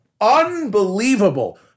Unbelievable